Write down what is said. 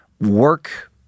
work